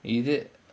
is it